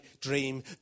dream